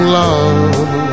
love